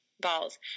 balls